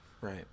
Right